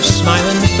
smiling